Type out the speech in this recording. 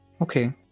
Okay